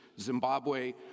Zimbabwe